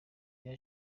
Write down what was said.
bya